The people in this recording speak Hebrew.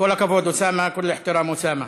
אין נמנעים.